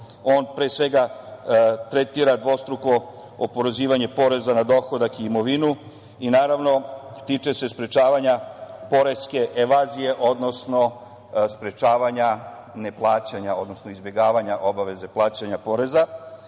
što on tretira dvostruko oporezivanje poreza na dohodak i imovinu i, naravno, tiče se sprečavanja poreske evazije, odnosno sprečavanja neplaćanja odnosno izbegavanja obaveze plaćanja poreza.